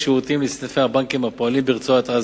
ככל הנראה כדי להכשיר מינוי פוליטי לתפקיד זה,